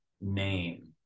name